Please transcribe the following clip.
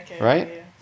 Right